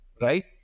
right